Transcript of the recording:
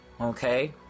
Okay